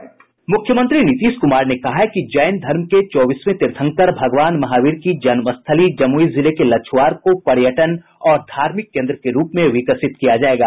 मुख्यमंत्री नीतीश कुमार ने कहा है कि जैन धर्म के चौबीसवें तीर्थंकर भगवान महावीर की जन्मस्थली जमुई जिले के लछुआर को पर्यटन और धार्मिक केन्द्र के रूप में विकसित किया जायेगा